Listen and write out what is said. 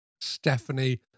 Stephanie